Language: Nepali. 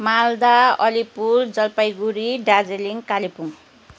माल्दा अलिपुर जलपाइगुडी दार्जिलिङ कालिम्पोङ